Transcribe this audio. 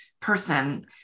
person